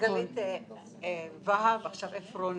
מרגלית והב, עכשיו עפרוני.